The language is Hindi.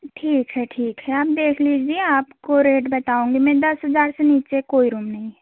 ठीक है ठीक है आप देख लीजिए आपको रेट बताऊॅंगी मैं दस हज़ार से नीचे कोई रूम नहीं